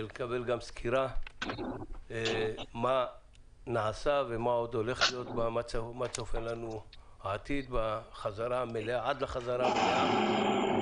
נקבל גם סקירה מה נעשה ומה צופן לנו העתיד עד לחזרה המלאה.